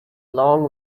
long